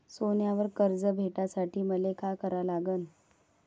सोन्यावर कर्ज भेटासाठी मले का करा लागन?